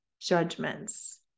judgments